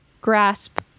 grasp